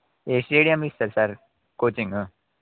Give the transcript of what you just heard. ఏ stadium ఇస్తారు sir coaching